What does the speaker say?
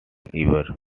ever